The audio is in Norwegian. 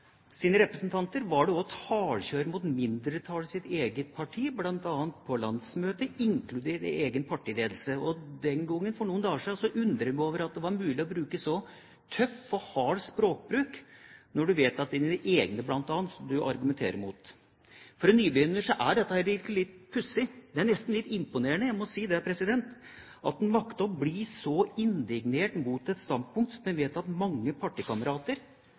mindretallet i sitt eget parti, bl.a. på landsmøtet, inkludert egen partiledelse. Den gangen – for noen dager siden – undret jeg meg over at det var mulig å ha en så tøff og hard språkbruk når en vet at det bl.a. er sine egne en argumenterer mot. For en nybegynner er dette litt pussig. Det er nesten litt imponerende – jeg må si det – at en makter å bli så indignert over et standpunkt som en vet at mange partikamerater